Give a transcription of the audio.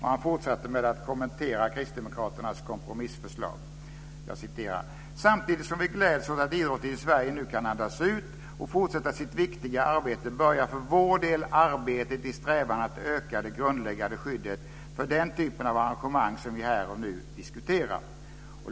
Han fortsatte med att kommentera Kristdemokraternas kompromissförslag: "Samtidigt som vi gläds åt att idrotten i Sverige nu kan andas ut och fortsätta sitt viktiga arbete börjar för vår del arbetet i strävan att öka det grundläggande skyddet för den typ av arrangemang som vi här och nu diskuterar."